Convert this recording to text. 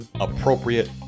appropriate